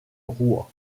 rouen